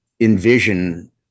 envision